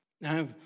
Now